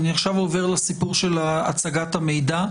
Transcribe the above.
אני עכשיו עובר לסיפור של הצגת המידע,